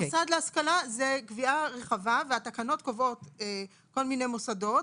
מוסד להשכלה זה קביעה רחבה והתקנות קובעות כל מיני מוסדות,